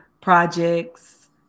projects